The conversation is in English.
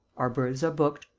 our berths are booked.